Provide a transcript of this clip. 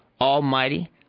almighty